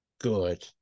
good